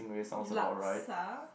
laksa